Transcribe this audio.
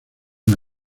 una